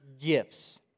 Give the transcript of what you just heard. gifts